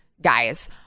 guys